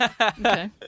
Okay